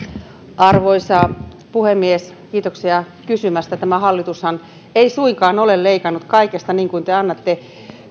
arvoisa puhemies kiitoksia kysymästä tämä hallitushan ei suinkaan ole leikannut kaikesta niin kuin te annatte